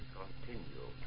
continue